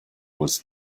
was